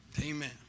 Amen